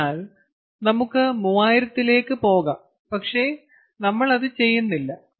അതിനാൽ നമുക്ക് 3000 ലേക്ക് പോകാം പക്ഷേ നമ്മൾ അത് ചെയ്യുന്നില്ല